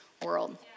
world